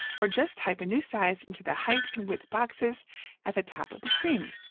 or just type a new size into the height and width boxes at the top of the screen.